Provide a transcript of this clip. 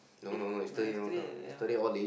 eh no yesterday yeah